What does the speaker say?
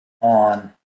on